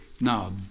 Now